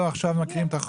עכשיו מקריאים את החוק.